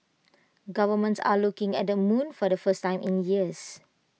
governments are looking at the moon for the first time in years